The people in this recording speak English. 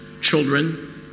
children